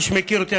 מי שמכיר אותי,